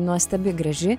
nuostabi graži